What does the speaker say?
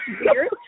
weird